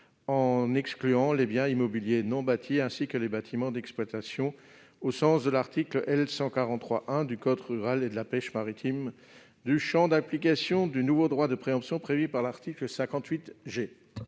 à exclure les biens immobiliers non bâtis ainsi que les bâtiments d'exploitation, au sens de l'article L. 143-1 du code rural et de la pêche maritime, du champ d'application du nouveau droit de préemption prévu par l'article 58 G.